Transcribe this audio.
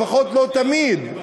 לפחות לא תמיד,